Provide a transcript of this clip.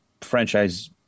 franchise